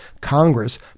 Congress